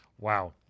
Wow